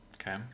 Okay